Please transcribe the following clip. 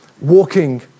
walking